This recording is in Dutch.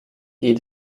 die